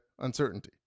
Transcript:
uncertainty